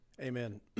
amen